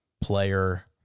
player